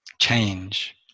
change